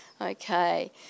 Okay